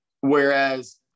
Whereas